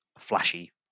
flashy